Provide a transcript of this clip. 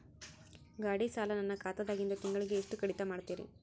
ಗಾಢಿ ಸಾಲ ನನ್ನ ಖಾತಾದಾಗಿಂದ ತಿಂಗಳಿಗೆ ಎಷ್ಟು ಕಡಿತ ಮಾಡ್ತಿರಿ?